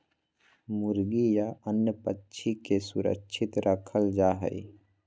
मुर्गी या अन्य पक्षि के सुरक्षित रखल जा हइ